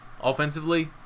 offensively